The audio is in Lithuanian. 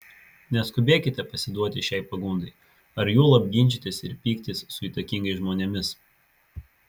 neskubėkite pasiduoti šiai pagundai ar juolab ginčytis ir pyktis su įtakingais žmonėmis